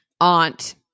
aunt